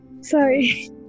sorry